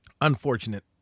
Unfortunate